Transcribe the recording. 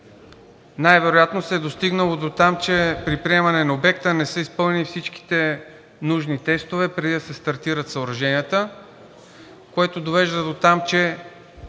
най-вероятно се е достигнало дотам, че при приемане на обекта не са изпълнени всичките нужни тестове, преди да се стартират съоръженията, което довежда дотам, че